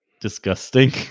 disgusting